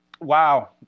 Wow